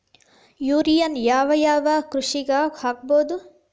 ಯೂರಿಯಾನ ಯಾವ್ ಯಾವ್ ಕೃಷಿಗ ಹಾಕ್ಬೋದ?